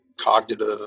cognitive